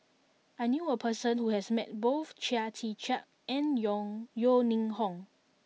I knew a person who has met both Chia Tee Chiak and Yeo Ning Hong